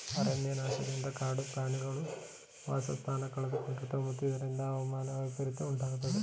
ಅರಣ್ಯನಾಶದಿಂದ ಕಾಡು ಪ್ರಾಣಿಗಳು ವಾಸಸ್ಥಾನ ಕಳೆದುಕೊಳ್ಳುತ್ತವೆ ಮತ್ತು ಇದರಿಂದ ಹವಾಮಾನ ವೈಪರಿತ್ಯ ಉಂಟಾಗುತ್ತದೆ